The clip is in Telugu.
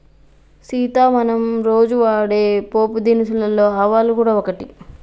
సీత మనం రోజు వాడే పోపు దినుసులలో ఆవాలు గూడ ఒకటి